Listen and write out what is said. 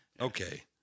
Okay